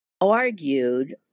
argued